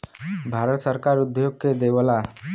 भारत सरकार उद्योग के देवऽला